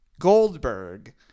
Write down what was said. Goldberg